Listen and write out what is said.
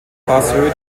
passhöhe